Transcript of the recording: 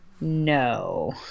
no